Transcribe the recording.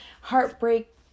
heartbreak